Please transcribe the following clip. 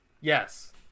yes